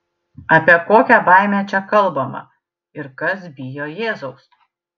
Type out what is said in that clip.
apie kokią baimę čia kalbama ir kas bijo jėzaus